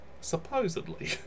Supposedly